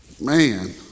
Man